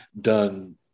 done